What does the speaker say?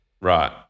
Right